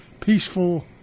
peaceful